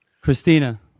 Christina